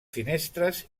finestres